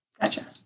Gotcha